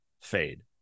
Fade